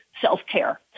self-care